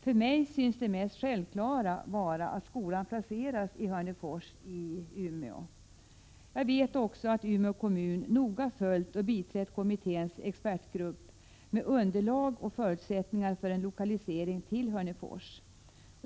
För mig är det självklart att skolan placeras i Hörnefors/Umeå i Västerbotten. Jag vet också att Umeå kommun noga har följt kommitténs expertgrupps arbete och biträtt gruppen med underlag och förutsättningar för en lokalisering till Hörnefors.